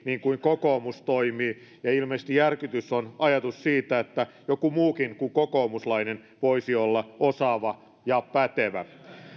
niin kuin kokoomus toimii ja ilmeisesti järkytys on ajatus siitä että joku muukin kuin kokoomuslainen voisi olla osaava ja pätevä